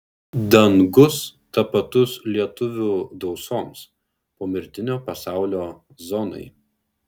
dangus tapatus lietuvių dausoms pomirtinio pasaulio zonai